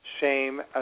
shame